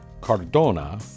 Cardona